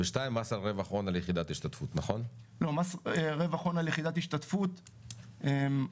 ושתיים, מס על רווח הון על יחידת השתתפות, נכון?